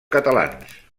catalans